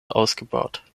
ausgebaut